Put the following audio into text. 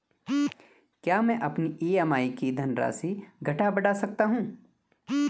क्या मैं अपनी ई.एम.आई की धनराशि घटा बढ़ा सकता हूँ?